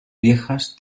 viejas